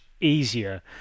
easier